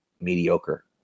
mediocre